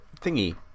Thingy